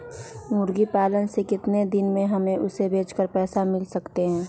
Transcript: मुर्गी पालने से कितने दिन में हमें उसे बेचकर पैसे मिल सकते हैं?